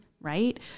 Right